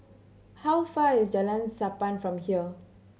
how far is Jalan Sappan from here